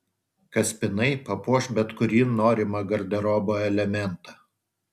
kaspinai papuoš bet kurį norimą garderobo elementą